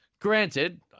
granted